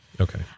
Okay